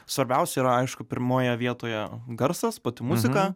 svarbiausia yra aišku pirmoje vietoje garsas pati muzika